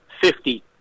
fifty